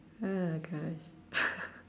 oh god